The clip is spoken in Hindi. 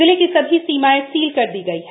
जिले की सभी सीमाएं सील कर दी गई हैं